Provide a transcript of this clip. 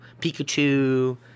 Pikachu